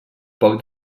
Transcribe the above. poc